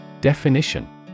Definition